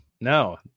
No